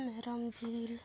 ᱢᱮᱨᱚᱢ ᱡᱤᱞ